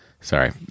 Sorry